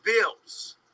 bills